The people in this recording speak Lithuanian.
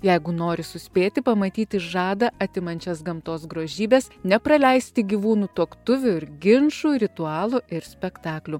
jeigu nori suspėti pamatyti žadą atimančias gamtos grožybes nepraleisti gyvūnų tuoktuvių ir ginčų ritualų ir spektaklių